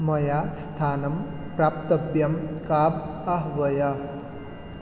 मया स्थानं प्राप्तव्यं काब् आह्वय